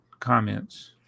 Comments